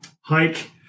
hike